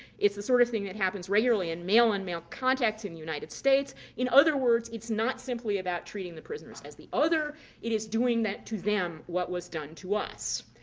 it's the sort of thing that happens regularly in male-on-male contact in the united states. in other words, it's not simply about treating the prisoners as the other it is doing to them what was done to us.